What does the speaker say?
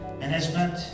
Management